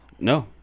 No